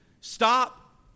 stop